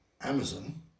Amazon